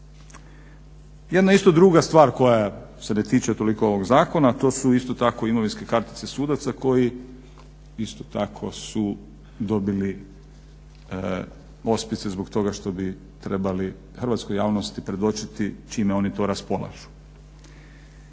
Jedna isto druga stvar koja se ne tiče toliko ovog zakona, a to su isto tako imovinske kartice sudaca koji isto tako su dobili ospice zbog toga što bi trebali hrvatskoj javnosti predočiti čime oni to raspolažu.